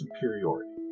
superiority